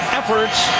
efforts